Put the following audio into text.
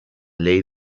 ley